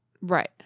Right